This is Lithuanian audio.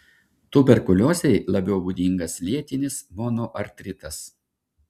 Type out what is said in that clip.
tuberkuliozei labiau būdingas lėtinis monoartritas